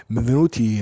Benvenuti